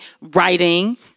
writing